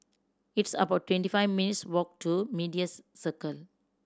it's about twenty five minutes' walk to Medias Circle